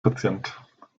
patient